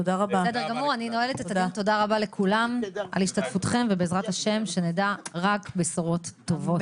תודה רבה לכולם על השתתפותכם ובעזרת ה' שנדע רק בשורות טובות.